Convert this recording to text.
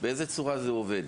באיזו צורה זה עובד?